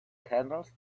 kernels